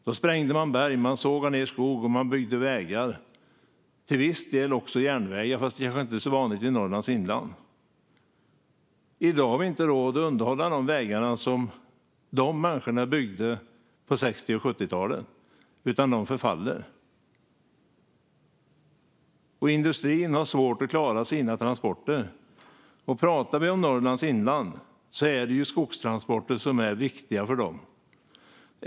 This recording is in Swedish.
Då sprängde man berg, sågade ned skog och byggde vägar, till viss del också järnvägar, fast det var kanske inte så vanligt i Norrlands inland. I dag har vi inte råd att underhålla de vägar som dessa människor byggde på 60 och 70-talen, utan de förfaller. Industrin har svårt att klara sina transporter, och i Norrlands inland är skogstransporter viktiga för dem.